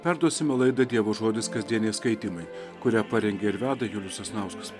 perduosime laida dievo žodis kasdieniai skaitymai kurią parengė ir veda julius sasnauskas